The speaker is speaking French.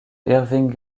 irving